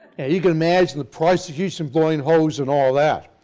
and you can imagine the prosecution blowing holes in all that.